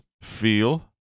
feel